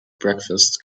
breakfast